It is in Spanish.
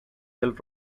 del